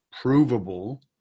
provable